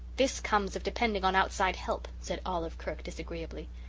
this comes of depending on outside help, said olive kirk, disagreeably.